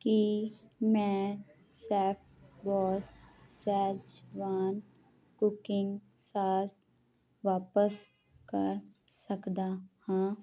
ਕੀ ਮੈਂ Chef Boss schezwan cooking sauce ਵਾਪਸ ਕਰ ਸਕਦਾ ਹਾਂ